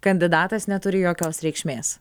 kandidatas neturi jokios reikšmės